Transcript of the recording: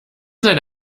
seine